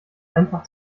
einfach